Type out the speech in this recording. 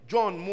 John